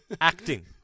Acting